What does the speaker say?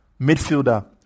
midfielder